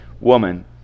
woman